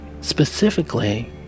specifically